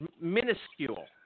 minuscule